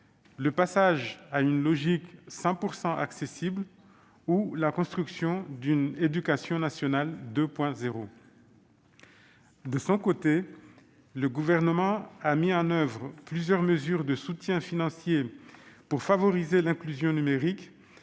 le passage à une logique « 100 % accessible » ou la construction d'une « éducation nationale 2.0 ». De son côté, le Gouvernement a mis en oeuvre plusieurs mesures de soutien financier pour favoriser l'inclusion numérique,